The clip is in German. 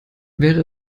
wäre